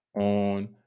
on